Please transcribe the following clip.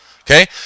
Okay